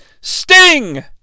Sting